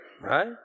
right